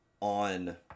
on